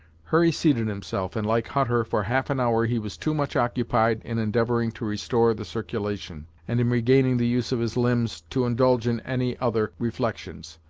hurry seated himself, and like hutter, for half an hour, he was too much occupied in endeavoring to restore the circulation, and in regaining the use of his limbs, to indulge in any other reflections.